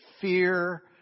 fear